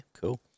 cool